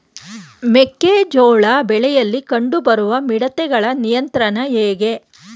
ಮೆಕ್ಕೆ ಜೋಳ ಬೆಳೆಯಲ್ಲಿ ಕಂಡು ಬರುವ ಮಿಡತೆಗಳ ನಿಯಂತ್ರಣ ಹೇಗೆ?